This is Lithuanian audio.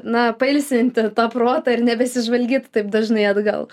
na pailsinti protą ir nebesižvalgyt taip dažnai atgal